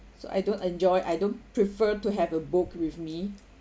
so I don't enjoy I don't prefer to have a book with me